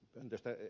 puutun ed